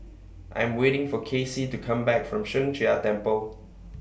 I'm waiting For Kassie to Come Back from Sheng Jia Temple